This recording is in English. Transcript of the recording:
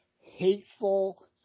hateful